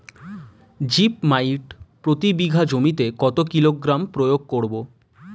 Zip মাইট প্রতি বিঘা জমিতে কত কিলোগ্রাম প্রয়োগ করব?